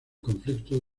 conflicto